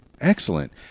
excellent